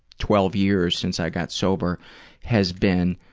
twelve years since i got sober has been